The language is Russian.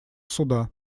суда